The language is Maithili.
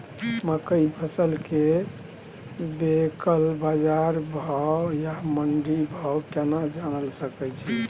मकई फसल के लोकल बाजार भाव आ मंडी भाव केना जानय सकै छी?